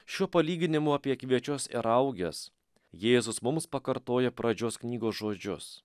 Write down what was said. šiuo palyginimu apie kviečius ir rauges jėzus mums pakartoja pradžios knygos žodžius